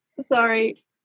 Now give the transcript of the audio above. Sorry